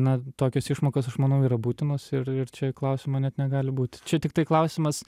na tokios išmokos aš manau yra būtinos ir ir čia klausimo net negali būt čia tiktai klausimas